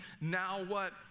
now-what